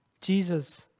Jesus